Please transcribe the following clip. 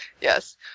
Yes